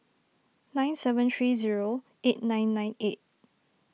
nine seven three zero eight nine nine eight